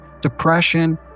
depression